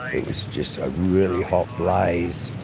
it was just a really hot blaze